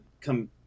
come